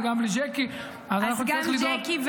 וגם לג'קי אנחנו נצטרך לדאוג --- אז גם ג'קי,